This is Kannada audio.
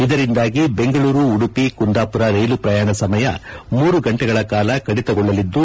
ಇದರಿಂದಾಗಿ ಬೆಂಗಳೂರು ಉಡುಪಿ ಕುಂದಾಪುರ ರೈಲು ಪ್ರಯಾಣ ಸಮಯ ಮೂರು ಗಂಟೆಗಳ ಕಾಲ ಕಡಿತಗೊಳ್ಳಲಿದ್ದು